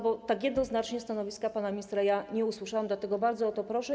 Bo jednoznacznie stanowiska pana ministra nie usłyszałam, dlatego bardzo o to proszę.